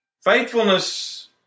Faithfulness